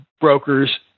brokers